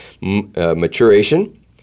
maturation